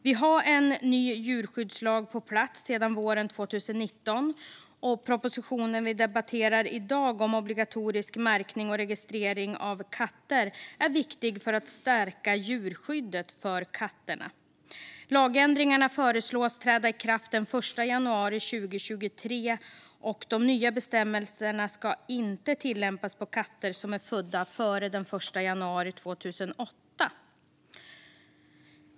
Vi har sedan våren 2019 en ny djurskyddslag. Den proposition vi i dag debatterar om obligatorisk märkning och registrering av katter är viktig för att stärka djurskyddet för katterna. Lagändringarna föreslås träda i kraft den 1 januari 2023. De nya bestämmelserna ska inte tillämpas på katter som är födda före den 1 januari 2008.